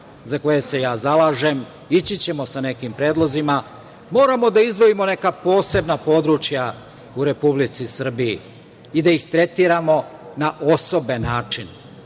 za koje se ja zalažem, ići ćemo sa nekim predlozima. Moramo da izdvojimo neka posebna područja u Republici Srbiji i da ih tretiramo na osoben način,